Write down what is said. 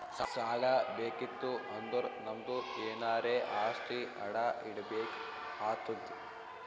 ಸಾಲಾ ಬೇಕಿತ್ತು ಅಂದುರ್ ನಮ್ದು ಎನಾರೇ ಆಸ್ತಿ ಅಡಾ ಇಡ್ಬೇಕ್ ಆತ್ತುದ್